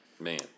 Man